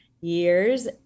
years